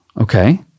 Okay